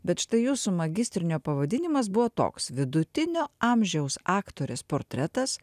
bet štai jūsų magistrinio pavadinimas buvo toks vidutinio amžiaus aktorės portretas